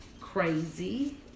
crazy